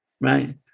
right